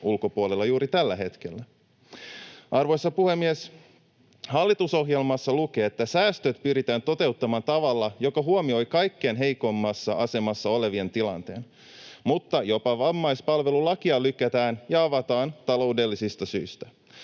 ulkopuolella juuri tällä hetkellä. Arvoisa puhemies! Hallitusohjelmassa lukee, että säästöt pyritään toteuttamaan tavalla, joka huomioi kaikkein heikoimmassa asemassa olevien tilanteen, mutta jopa vammaispalvelulakia lykätään ja avataan taloudellisista syistä.